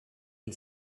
and